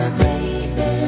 baby